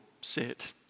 sit